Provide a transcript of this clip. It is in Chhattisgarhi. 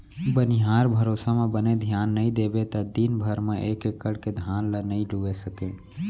बनिहार भरोसा म बने धियान नइ देबे त दिन भर म एक एकड़ के धान ल नइ लूए सकें